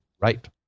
Right